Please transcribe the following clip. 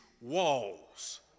walls